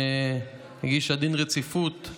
שהגישה דין רציפות,